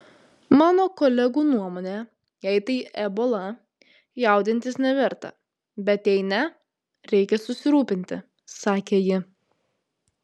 mano kolegų nuomone jei tai ebola jaudintis neverta bet jei ne reikia susirūpinti sakė ji